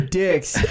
dicks